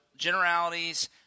generalities